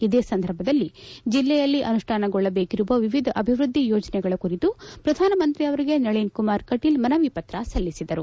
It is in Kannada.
ಇದೇ ಸಂದರ್ಭದಲ್ಲಿ ಜಿಲ್ಲೆಯಲ್ಲಿ ಅನುಷ್ಠಾನಗೊಳ್ಳಬೇಕಿರುವ ವಿವಿಧ ಅಭಿವೃದ್ಧಿ ಯೋಜನೆಗಳ ಕುರಿತು ಪ್ರಧಾನಮಂತ್ರಿ ಅವರಿಗೆ ನಳಿನ್ ಕುಮಾರ್ ಕಟೀಲ್ ಮನವಿ ಪತ್ರ ಸಲ್ಲಿಸಿದರು